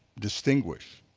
distinguish,